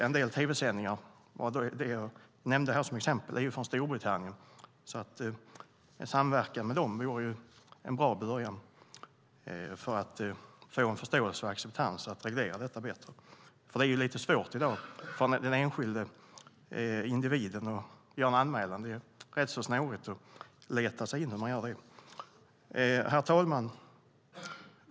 En del tv-sändningar, som jag nämnde som exempel, är ju från Storbritannien så en samverkan med dem vore en bra början för att få förståelse och acceptans för att reglera detta bättre. Det är ju lite svårt i dag för den enskilde individen att göra en anmälan. Det är rätt snårigt att leta sig in i hur man gör. Herr talman!